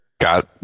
Got